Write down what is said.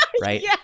Right